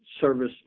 service